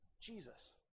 Jesus